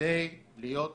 כדי להיות בחזית,